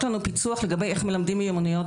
לנו פיצוח לגבי איך מלמדים מיומנויות